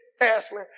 Ashley